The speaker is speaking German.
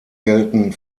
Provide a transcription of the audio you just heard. gelten